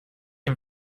him